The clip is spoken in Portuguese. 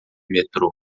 metrô